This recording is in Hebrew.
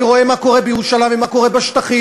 אני רואה מה קורה בירושלים ומה קורה בשטחים,